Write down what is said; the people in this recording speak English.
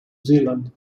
zealand